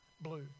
Blue